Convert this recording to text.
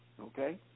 Okay